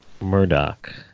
Murdoch